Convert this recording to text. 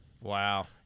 Wow